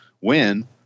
win